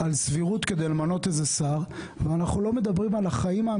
אבל עבדתם עלינו